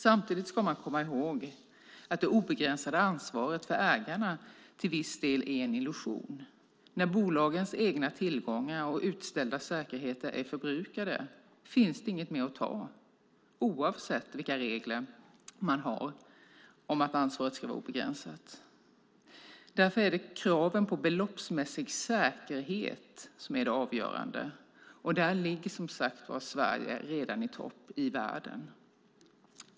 Samtidigt ska man komma ihåg att det obegränsade ansvaret för ägarna till viss del är en illusion. När bolagens egna tillgångar och utställda säkerheter är förbrukade finns det inget mer att ta oavsett vilka regler man har om att ansvaret ska vara obegränsat. Därför är det kraven på beloppsmässig säkerhet som är det avgörande, och där ligger som sagt var Sverige redan i topp i världen.